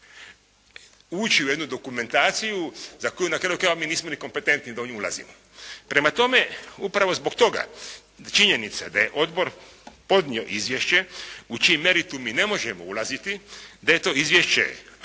ući u jednu dokumentaciju za koju na kraju krajeva mi nismo ni kompetentni da u nju ulazimo. Prema tome, upravo zbog toga činjenica da je odbor podnio izvješće u čiji meritum mi ne možemo ulaziti, da je to izvješće